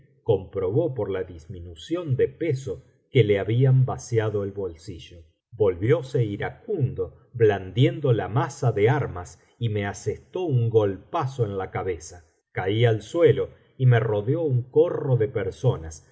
comprobó por la disminución de peso que le habían vaciado el bolsillo volvióse iracundo blandiendo la maza ele armas y me asestó un golpazo en la cabeza caí al suelo y me rodeó un corro de personas